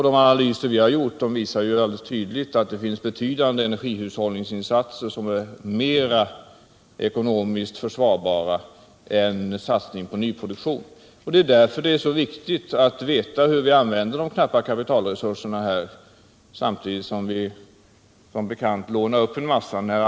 De analyser vi gjort visar tydligt att det finns betydande energihushållningsinsatser som är ekonomiskt mer försvarbara än en satsning på nyproduktion. Det är därför det är så viktigt att veta hur vi använder de knappa kapitalresurserna, samtidigt som vi som bekant lånar upp en massa pengar.